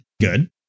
Good